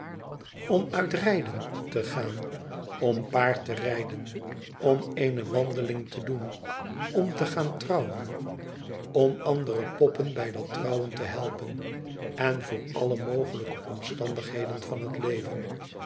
om uit rijden te gaan om paard te rijden om eene wandeling te doen om te gaan trouwen om andere poppen bij dat trouwen te helpen en voor alle mogelijke omstandigheden van het leven